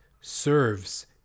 serves